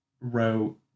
wrote